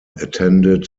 attended